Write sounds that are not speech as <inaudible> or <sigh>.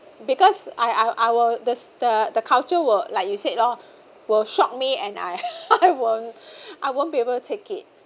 because I I I will there's the the culture will like you said loh will shock me and I <laughs> I won't I won't be able to take it